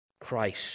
Christ